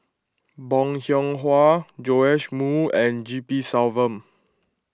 Bong Hiong Hwa Joash Moo and G P Selvam